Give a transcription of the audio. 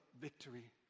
victory